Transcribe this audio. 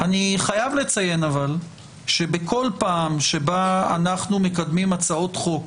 אבל אני חייב לציין שבכל פעם שבה אנחנו מקדמים הצעות חוק